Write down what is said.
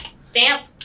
stamp